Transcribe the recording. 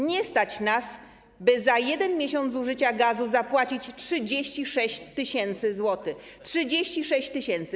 Nie stać nas, by za jeden miesiąc zużycia gazu zapłacić 36 tys. zł - 36 tys.